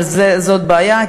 אבל זאת בעיה,